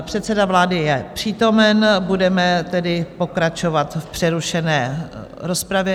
Předseda vlády je přítomen, budeme tedy pokračovat v přerušené rozpravě.